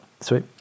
Sweet